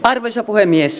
arvoisa puhemies